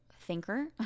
thinker